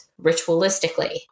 ritualistically